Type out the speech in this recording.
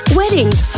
weddings